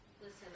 listen